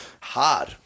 hard